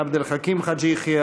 עבד אל חכים חאג' יחיא,